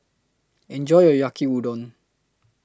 Enjoy your Yaki Udon